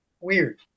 weird